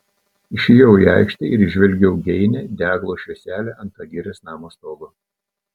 išėjau į aikštę ir įžvelgiau geinią deglo švieselę ant agirės namo stogo